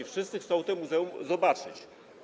Wszyscy chcą to muzeum zobaczyć.